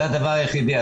זה הדבר היחידי.